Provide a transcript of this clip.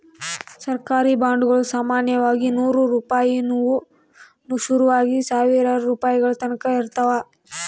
ಸರ್ಕಾರಿ ಬಾಂಡುಗುಳು ಸಾಮಾನ್ಯವಾಗಿ ನೂರು ರೂಪಾಯಿನುವು ಶುರುವಾಗಿ ಸಾವಿರಾರು ರೂಪಾಯಿಗಳತಕನ ಇರುತ್ತವ